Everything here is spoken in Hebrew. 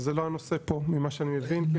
שזה לא הנושא פה ממה שאני מבין.